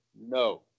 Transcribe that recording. No